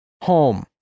home